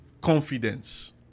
confidence